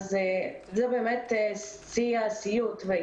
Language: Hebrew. זה באמת שיא הסיוט.